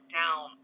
down